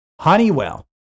Honeywell